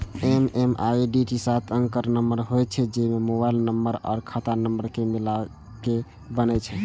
MMID सात अंकक number होइ छै, जे मोबाइल नंबर आ खाता नंबर कें मिलाके बनै छै